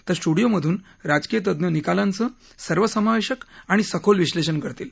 तर स्ट्रडिओमधून राजकीय तज्ञ निकालांचं सर्व समावेशक आणि सखोल विश्नेषण करतील